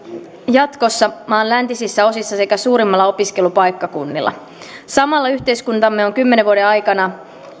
jatkossa maan läntisissä osissa sekä suurimmilla opiskelupaikkakunnilla samalla yhteiskuntamme on kymmenen vuoden aikana